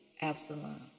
Absalom